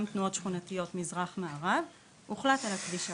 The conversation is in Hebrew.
תנועות שכונתיות מזרח מערב הוחלט על הכביש העוקף.